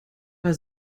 war